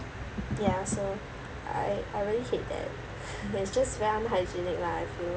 ya so I I really hate that it's just very unhygienic lah I feel